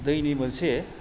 दैनि मोनसे